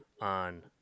on